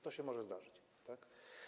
To się może zdarzyć, tak.